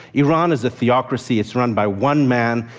iran is a theocracy it's run by one man,